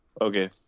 Okay